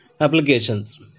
applications